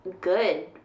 good